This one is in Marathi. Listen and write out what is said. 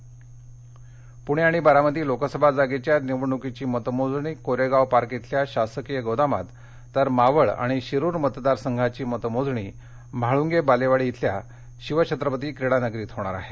मतमोजणी पुणे आणि बारामती लोकसभा जागेच्या निवडणुकीची मतमोजणी कोरेगाव पार्क इथल्या शासकीय गोदामात तर मावळ आणि शिरूर मतदारसंघाची मतमोजणी म्हाळुंगे बालेवाडी इथल्या शिवछत्रपती क्रीडा नगरीत होणार आहे